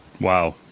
Wow